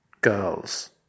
girls